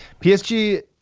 PSG